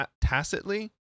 tacitly